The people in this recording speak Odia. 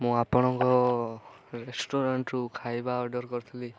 ମୁଁ ଆପଣଙ୍କ ରେଷ୍ଟୁରାଣ୍ଟରୁ ଖାଇବା ଅର୍ଡ଼ର କରିଥିଲି